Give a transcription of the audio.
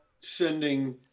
sending